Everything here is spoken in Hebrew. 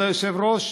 כבוד היושב-ראש,